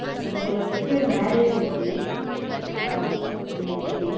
இல்லை sister marriage இருக்கு அதான் முடியாது